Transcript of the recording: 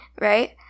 right